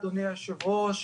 אדוני היושב-ראש,